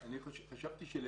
חשבתי שלהפך,